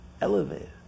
elevated